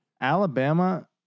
Alabama